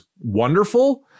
wonderful